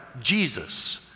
Jesus